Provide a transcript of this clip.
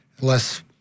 less